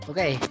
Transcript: Okay